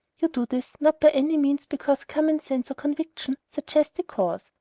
you do this, not by any means because common sense or conviction suggest the course,